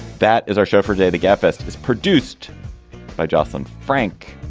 that is our show for day. the gabfest is produced by josslyn frank.